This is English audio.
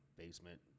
basement